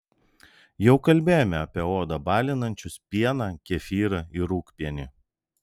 jau kalbėjome apie odą balinančius pieną kefyrą ir rūgpienį